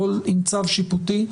הכול עם צו שיפוטי.